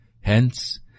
Hence